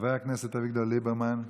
חבר הכנסת אביגדור ליברמן,